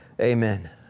Amen